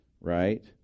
right